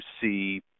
see